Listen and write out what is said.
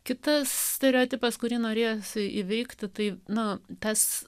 kitas stereotipas kurį norėjosi įveikti tai na tas